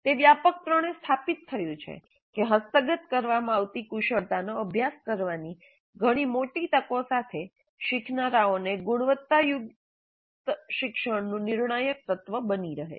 તે વ્યાપકપણે સ્થાપિત થયું છે કે હસ્તગત કરવામાં આવતી કુશળતાનો અભ્યાસ કરવાની ઘણી મોટી તકો સાથે શીખનારાઓને ગુણવત્તાયુક્ત શિક્ષણનું નિર્ણાયક તત્વ બની રહે છે